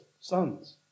sons